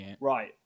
Right